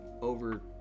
over